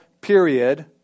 period